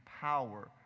power